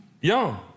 Young